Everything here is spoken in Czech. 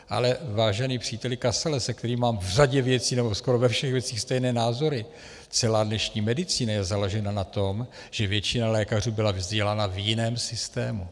Ale vážený příteli Kasale, se kterým mám v řadě věcí, nebo skoro ve všech věcech stejné názory, celá dnešní medicína je založena na tom, že většina lékařů byla vzdělána v jiném systému.